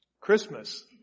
Christmas